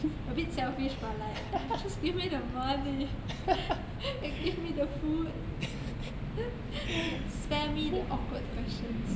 a bit selfish but like just give me the money and give me the food spare me the awkward questions